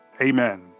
Amen